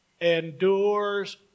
Endures